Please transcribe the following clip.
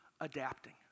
adapting